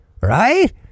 right